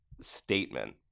statement